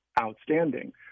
outstanding